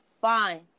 fine